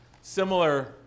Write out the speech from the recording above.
similar